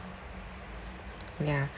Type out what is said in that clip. ya